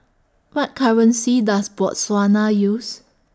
What currency Does Botswana use